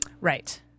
Right